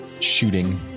shooting